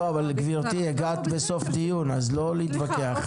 לא, גברתי, הגעת בסוף דיון, אז לא להתווכח.